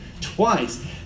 twice